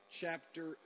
chapter